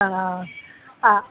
हा आ